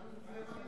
אנחנו נאמנים לחוקים.